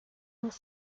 dans